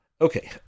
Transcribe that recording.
Okay